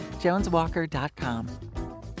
JonesWalker.com